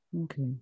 Okay